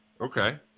Okay